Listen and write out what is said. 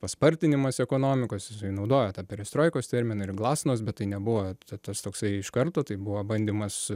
paspartinimas ekonomikos jisai naudoja tą perestroikos terminą ir glasnost bet tai nebuvo ta tas toksai iš karto tai buvo bandymas